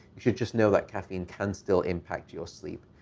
should just know that caffeine can still impact your sleep.